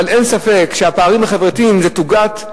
אבל אין ספק שהפערים החברתיים זה תוגת הבינוניים,